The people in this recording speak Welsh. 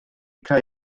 creu